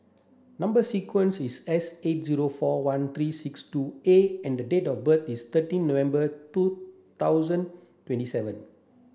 number sequence is S eight zero four one three six two A and date of birth is thirteen November two thousand twenty seven